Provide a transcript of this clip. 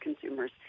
consumers